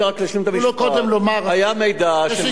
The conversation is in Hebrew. תנו לו לומר, יש לי גם הערה.